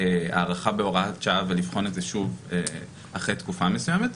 הארכה בהוראת שעה ולבחון את זה שוב אחרי תקופה מסוימת.